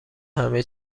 همه